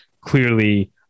clearly